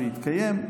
שיתקיים,